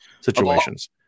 situations